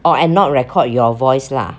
orh I not record your voice lah